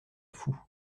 fou